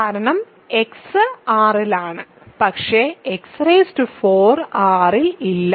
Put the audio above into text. കാരണം x R ലാണ് പക്ഷേ x4 R ൽ ഇല്ല